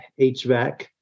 HVAC